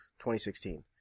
2016